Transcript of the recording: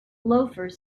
loafers